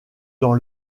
dans